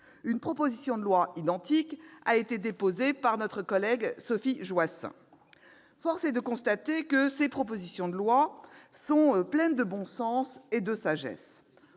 Une proposition de loi identique a été déposée par notre collègue Sophie Joissains. Force est de constater que ces propositions de loi sont pleines de bon sens et de sagesse.